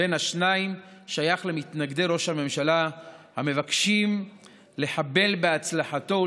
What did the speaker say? בין השניים שייך למתנגדי ראש הממשלה המבקשים לחבל בהצלחתו.